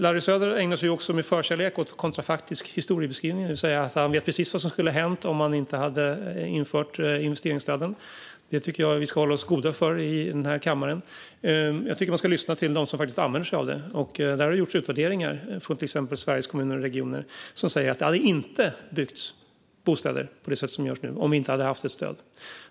Larry Söder ägnar sig också med förkärlek åt kontrafaktisk historiebeskrivning, det vill säga han vet precis vad som skulle ha hänt om man inte hade infört investeringsstöden. Sådant tycker jag att vi ska hålla oss för goda för i denna kammare. Jag tycker att vi ska lyssna till dem som använder sig av det, och till exempel Sveriges Kommuner och Regioner har gjort utvärderingar som visar att det inte hade byggts bostäder på det sätt som nu görs om stödet inte hade funnits.